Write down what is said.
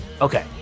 Okay